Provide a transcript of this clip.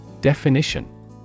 Definition